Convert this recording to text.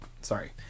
sorry